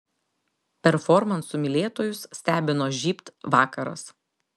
performansų mylėtojus stebino žybt vakaras